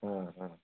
हं हं